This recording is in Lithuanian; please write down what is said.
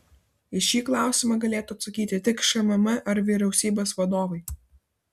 į šį klausimą galėtų atsakyti tik šmm ar vyriausybės vadovai